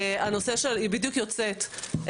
היא בדיוק יוצאת,